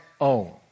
own